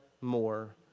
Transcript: more